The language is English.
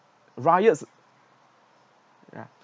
riots ya